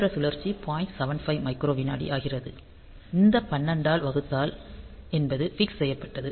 75 micro வினாடி ஆகிறது இந்த 12 ஆல் வகுத்தல் என்பது பிக்ஸ் செய்யப்பட்டது